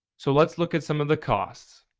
so let's look at some of the costs.